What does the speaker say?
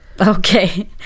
Okay